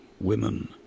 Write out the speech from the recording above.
women